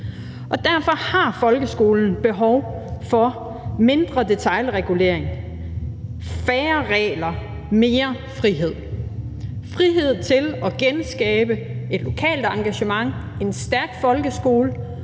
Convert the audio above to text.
Derfor har folkeskolen behov for mindre detailregulering, færre regler og mere frihed – frihed til at genskabe et lokalt engagement og en stærk folkeskole,